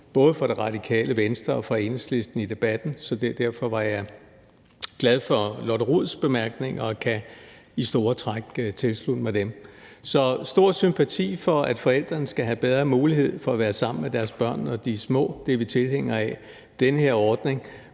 både for Radikale Venstre og for Enhedslisten i debatten, så derfor var jeg glad for fru Lotte Rods bemærkninger, og jeg kan i store træk tilslutte mig dem. Så vi har stor sympati for, at forældre skal have bedre mulighed for at være sammen med deres børn, når de små, det er vi tilhængere af, men den her ordning,